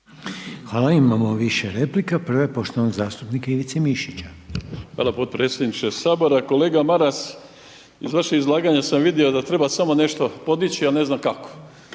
Hvala. Imamo više replika, prva je poštovanog zastupnika Ivice Mišića. **Mišić, Ivica (Nezavisni)** Hvala potpredsjedniče Sabora. Kolega Maras, iz vašeg izlaganja sam vidio da treba samo nešto podići a ne zna kako.